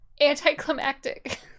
anticlimactic